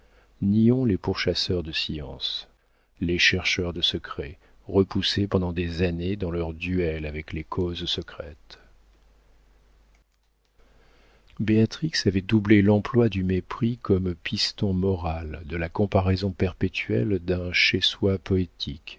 sociales nions les pourchasseurs de science les chercheurs de secrets repoussés pendant des années dans leur duel avec les causes secrètes béatrix avait doublé l'emploi du mépris comme piston moral de la comparaison perpétuelle d'un chez soi poétique